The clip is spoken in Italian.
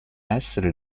essere